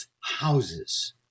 houses